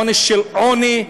עונש של עוני,